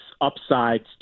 upsides